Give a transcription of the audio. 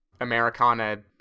Americana